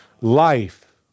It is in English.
Life